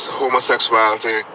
homosexuality